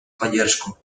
поддержку